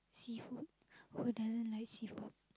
seafood who doesn't like seafood